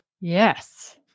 yes